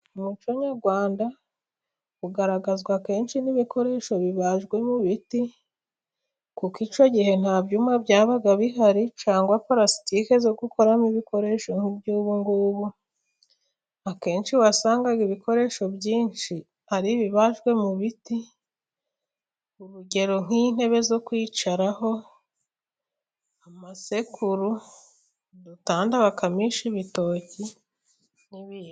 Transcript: Umuco nyarwanda ugaragazwa kenshi n'ibikoresho bibajwe mu biti, kuko icyo gihe nta byuma byabaga bihari cyangwa parasitike byogukoramo ibikoresho nki byubungubu, akenshi wasangaga ibikoresho byinshi ari ibibajwe mu biti, urugero nk'intebe zo kwicaraho, amasekuru, udutanda bakamisha ibitoki n'ibindi.